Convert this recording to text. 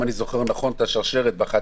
אם אני זוכר נכון את השרשרת בחד-גדיא,